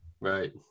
Right